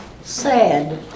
Sad